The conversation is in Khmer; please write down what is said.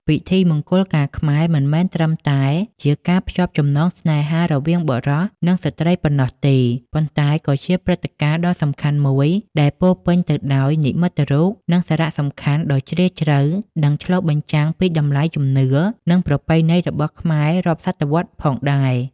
ពិធីមង្គលការខ្មែរ មិនមែនត្រឹមតែជាការភ្ជាប់ចំណងស្នេហារវាងបុរសនិងស្ត្រីប៉ុណ្ណោះទេ ប៉ុន្តែក៏ជាព្រឹត្តិការណ៍ដ៏សំខាន់មួយដែលពោរពេញទៅដោយ និមិត្តរូប និងសារៈសំខាន់ដ៏ជ្រាលជ្រៅ នឹងឆ្លុះបញ្ចាំងពីតម្លៃ ជំនឿ និងប្រពៃណីរបស់ខ្មែររាប់សតវត្សរ៍ផងដែរ ។